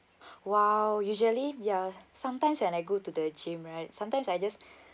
!wow! usually ya sometimes when I go to the gym right sometimes I just